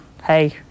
hey